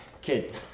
Kid